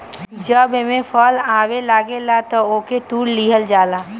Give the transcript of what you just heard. जब एमे फल आवे लागेला तअ ओके तुड़ लिहल जाला